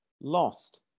lost